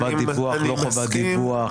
חובת דיווח, לא חובת דיווח.